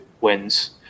wins